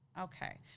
Okay